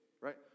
right